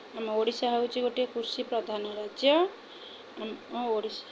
ଆମ ଓଡ଼ିଶା ହେଉଛି ଗୋଟିଏ କୃଷି ପ୍ରଧାନ ରାଜ୍ୟ ଆମ ଓଡ଼ିଶା